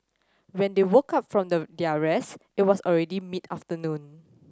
when they woke up from the their rest it was already mid afternoon